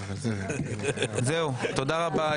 תודה רבה.